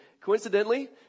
coincidentally